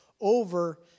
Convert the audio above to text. over